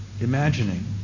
imagining